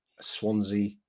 Swansea